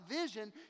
vision